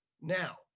now